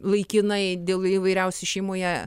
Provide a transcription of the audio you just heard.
laikinai dėl įvairiausių šeimoje